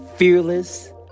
fearless